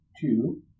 two